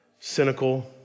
cynical